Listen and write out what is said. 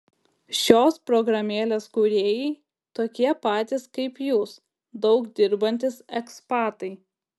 šios programėlės kūrėjai tokie patys kaip jūs daug dirbantys ekspatai